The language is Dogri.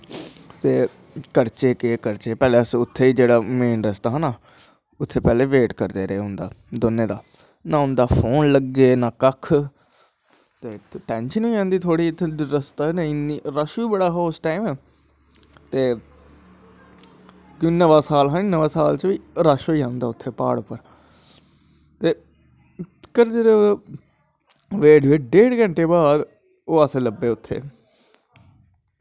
ते करचै केह् करचै पैह्लैं जेह्ड़ा उत्थें मेन रस्ता हा ना उत्थें पैह्लैं वेट करदे हे रस्ते च नां उंदा फोन लग्गै नां कक्ख ते टैंशन बी रौंह्दे ते रस्ता बी नेंई ते रश बी बड़ा हा उस टाईम ते नमां साल हा नी नमें साल पर बी रश होई जंदा उत्तें प्हाड़ पर करदे रेह् वेट कोई डेढ़ घैंटे बाद असें गी लब्भे उत्थें